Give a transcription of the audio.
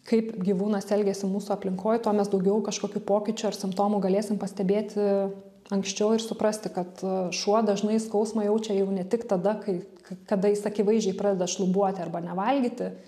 kaip gyvūnas elgiasi mūsų aplinkoj tuo mes daugiau kažkokių pokyčių ar simptomų galėsim pastebėti anksčiau ir suprasti kad šuo dažnai skausmą jaučia jau ne tik tada kai kada jis akivaizdžiai pradeda šlubuoti arba nevalgyti